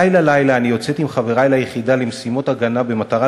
לילה-לילה אני יוצאת עם חברי ליחידה למשימות הגנה במטרה